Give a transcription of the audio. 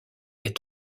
est